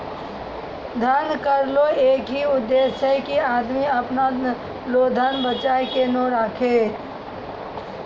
धन कर रो एक ही उद्देस छै की आदमी अपना लो धन बचाय के नै राखै